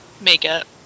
makeup